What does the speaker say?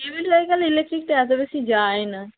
cable হয়ে গেলে ইলেকট্রিকটা এতো বেশি যায় না